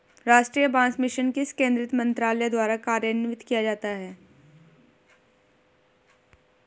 राष्ट्रीय बांस मिशन किस केंद्रीय मंत्रालय द्वारा कार्यान्वित किया जाता है?